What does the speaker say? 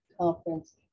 conference